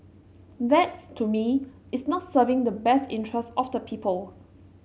that to me is not serving the best interest of the people